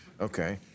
Okay